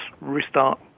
restart